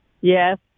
Yes